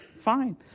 fine